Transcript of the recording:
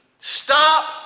Stop